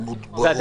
-- ברור.